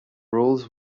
roles